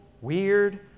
weird